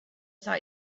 saw